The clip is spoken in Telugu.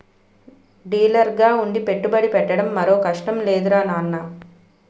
డీలర్గా ఉండి పెట్టుబడి పెట్టడం మరో కష్టం లేదురా నాన్నా